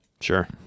Sure